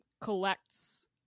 collects